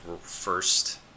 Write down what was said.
first